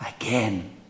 again